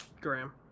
Graham